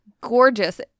gorgeous